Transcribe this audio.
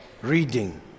reading